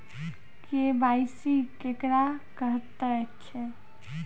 KYC केकरा कहैत छै?